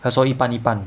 要说一半一半